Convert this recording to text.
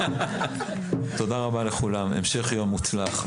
תודה רבה לכולם, המשך יום מוצלח.